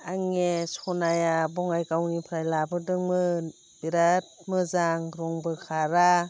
आंनि सनाया बङाइगावनिफ्राइ लाबोदोंमोन बेराद मोजां रंबो खारा